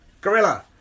gorilla